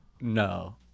No